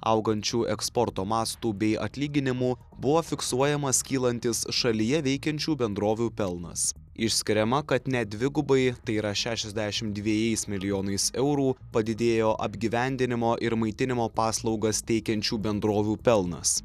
augančių eksporto mastų bei atlyginimų buvo fiksuojamas kylantis šalyje veikiančių bendrovių pelnas išskiriama kad net dvigubai tai yra šešiasdešimt dvejais milijonais eurų padidėjo apgyvendinimo ir maitinimo paslaugas teikiančių bendrovių pelnas